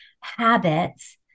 habits